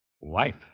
wife